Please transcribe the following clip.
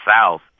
South